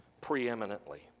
preeminently